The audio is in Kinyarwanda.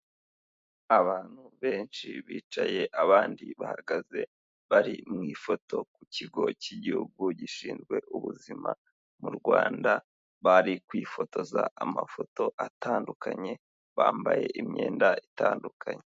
Abantu benshi bicaye abandi bahagaze, bari mu ifoto ku kigo cy'igihugu gishinzwe ubuzima mu Rwanda, bari kwifotoza amafoto atandukanye bambaye imyenda itandukanye.